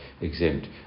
exempt